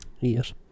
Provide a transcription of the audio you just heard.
Yes